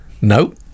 no